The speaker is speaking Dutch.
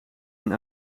een